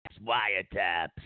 wiretaps